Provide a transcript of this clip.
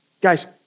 guys